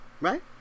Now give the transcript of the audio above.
right